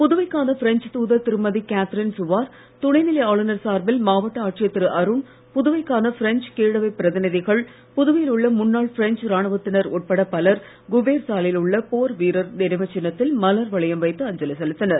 புதுவைக்கான பிரெஞ்சு தூதர் திருமதி கேத்தரின் சுவார் துணை நிலை ஆளுநர் சார்பில் மாவட்ட ஆட்சியர் திரு அருண் புதுவைக்கான பிரஞ்சு கீழவைப் பிரதிநிதிகள் புதுவையில் உள்ள முன்னாள் பிரெஞ்சு இராணுவத்தினர் உட்பட பலர் குபேர் சாலையில் உள்ள போர் வீரர் நினைவுச் சின்னத்தில் மலர் வளையம் வைத்து அஞ்சலி செலுத்தினார்